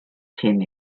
cyn